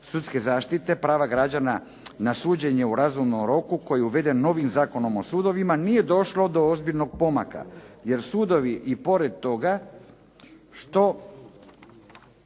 sudske zaštite, prava građana na suđenje u razumnom roku koji je uveden novim Zakonom o sudovima, nije došlo do ozbiljnog pomaka. Jer sudovi i pored toga što